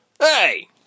Hey